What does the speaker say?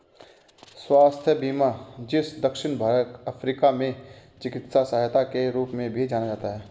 स्वास्थ्य बीमा जिसे दक्षिण अफ्रीका में चिकित्सा सहायता के रूप में भी जाना जाता है